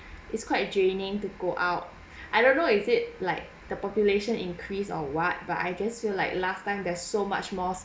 it's quite draining to go out I don't know is it like the population increase of what but I just feel like last time there's so much more